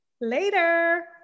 Later